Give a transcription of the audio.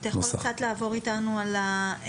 אתה יכול קצת לעבור איתנו על הסמכויות